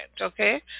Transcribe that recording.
okay